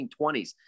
1920s